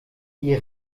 die